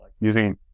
using